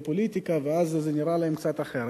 לפוליטיקה ואז זה נראה להם קצת אחרת.